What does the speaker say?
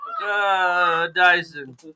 Dyson